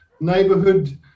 neighborhood